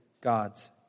God's